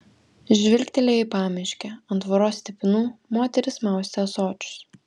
žvilgtelėjo į pamiškę ant tvoros stipinų moteris maustė ąsočius